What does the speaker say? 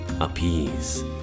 appease